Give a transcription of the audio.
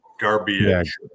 garbage